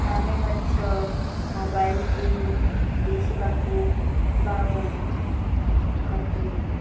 ଆମେ ମଧ୍ୟ ମୋବାଇଲରେ ଦେଖିବାକୁ ପାଉଁ ହକି